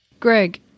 Greg